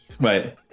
right